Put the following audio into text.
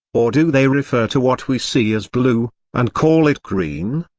or do they refer to what we see as blue, and call it green?